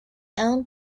owned